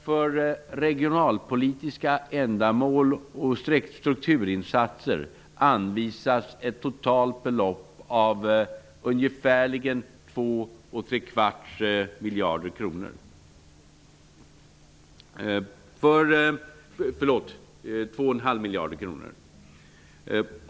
För regionalpolitiska ändamål och strukturinsatser har vi anvisat ett belopp på totalt ungefär 2,5 miljarder kronor.